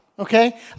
okay